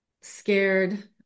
scared